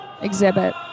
exhibit